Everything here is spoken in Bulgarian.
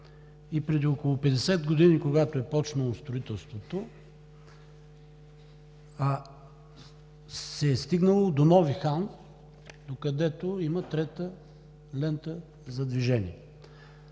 и преди около 50 години, когато е почнало строителството, се е стигнало до Нови хан, докъдето има трета лента за движение.